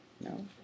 No